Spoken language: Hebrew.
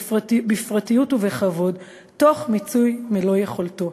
בפרטיות ובכבוד תוך מיצוי מלוא יכולתו."